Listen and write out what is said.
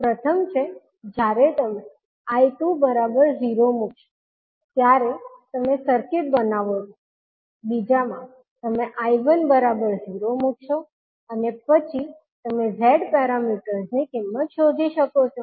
પ્રથમ છે જ્યારે તમે I2 0 મૂકશો ત્યારે તમે સર્કિટ બનાવો છો બીજામાં તમે I1 0 મૂકશો અને પછી તમે Z પેરામીટર્સ ની કિંમત શોધી શકો છો